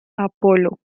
apolo